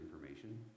information